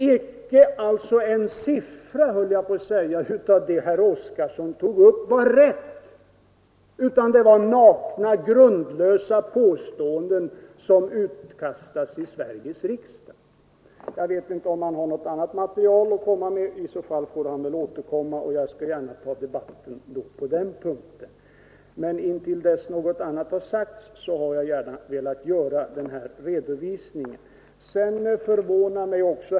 Icke en siffra, höll jag på att säga, av det herr Oskarson tog upp var rätt, utan det var nakna, grundlösa påståenden som utkastades i Sveriges riksdag. Jag vet inte om han har något annat material att komma med. I så fall får han återkomma, och jag skall gärna då ta debatt på den punkten. Men intill dess något annat har sagts vill jag stämpla herr Oskarsons kritik som osaklig.